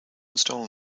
install